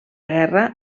guerra